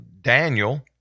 Daniel